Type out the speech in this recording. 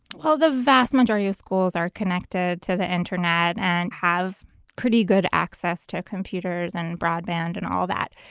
well, the vast majority of schools are connected to the internet and have pretty good access to computers and broadband and all that.